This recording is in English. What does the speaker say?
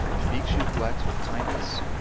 the bhikshu who acts with kindness,